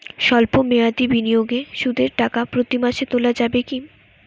সল্প মেয়াদি বিনিয়োগে সুদের টাকা প্রতি মাসে তোলা যাবে কি?